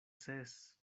ses